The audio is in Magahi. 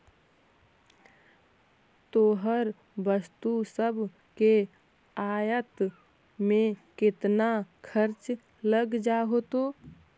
तोहर वस्तु सब के आयात में केतना खर्चा लग जा होतो?